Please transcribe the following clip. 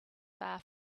far